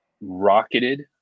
rocketed